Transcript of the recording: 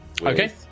Okay